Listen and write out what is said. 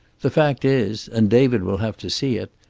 the fact is, and david will have to see it,